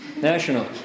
national